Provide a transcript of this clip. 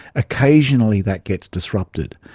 occasionally that gets disrupted.